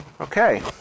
Okay